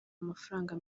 amafaranga